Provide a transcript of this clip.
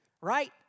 right